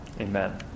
Amen